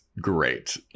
great